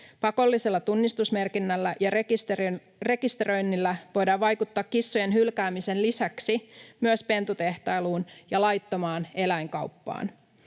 Pakollisella tunnistusmerkinnällä ja rekisteröinnillä voidaan vaikuttaa kissojen hylkäämisen lisäksi myös pentutehtailuun ja laittomaan eläinkauppaan.